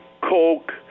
coke